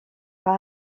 pas